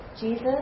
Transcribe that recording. Jesus